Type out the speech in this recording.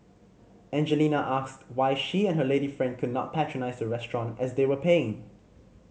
Angelina asked why she and her lady friend could not patronise the restaurant as they were paying